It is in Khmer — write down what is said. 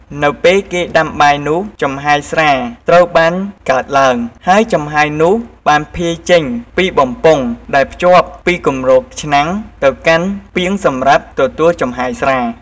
នៅពេលគេដាំបាយនោះ ចំហាយស្រាត្រូវបានកើតឡើង ហើយចំហាយនោះបានភាយចេញពីបំពង់ដែលភ្ជាប់ពីគម្របឆ្នាំងទៅកាន់ពាងសម្រាប់ទទួលចំហាយស្រា។